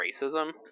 racism